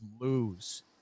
lose